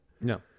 No